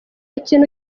kintu